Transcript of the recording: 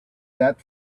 that